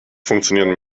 funktionieren